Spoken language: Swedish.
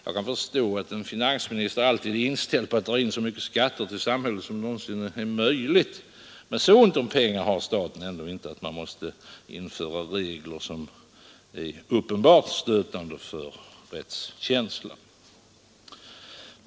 Jag kan förstå att en finansminister alltid är inställd på att dra in så mycket skatt till samhället som någonsin är möjligt, men så ont om pengar har staten ändå inte att man måste införa regler som är uppenbart stötande för rättskänslan.